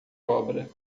obra